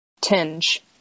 Tinge